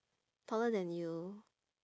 taller than you